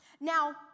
Now